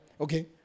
Okay